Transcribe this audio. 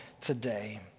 today